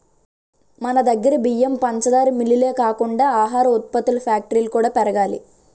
మనదగ్గర బియ్యం, పంచదార మిల్లులే కాకుండా ఆహార ఉత్పత్తుల ఫ్యాక్టరీలు కూడా పెరగాలి